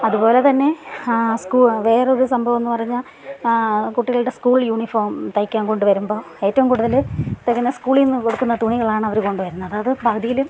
അതുപോലെത്തന്നെ സ്കൂ വേറൊരു സംഭവമെന്ന് പറഞ്ഞാൽ കുട്ടികളുടെ സ്കൂൾ യൂണിഫോം തയ്ക്കാൻ കൊണ്ട് വരുമ്പോൾ ഏറ്റവും കൂടുതൽ തികഞ്ഞ സ്കൂളിൽ നിന്ന് കൊടുക്കുന്ന തുണികളാണ് അവർ കൊണ്ട് വരുന്നത് അത് പകുതിയിലും